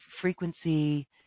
frequency